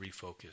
refocus